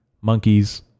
monkeys